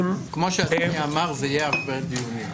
כמו שאדוני אמר, זה יהיה הרבה דיונים.